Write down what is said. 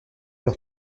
leur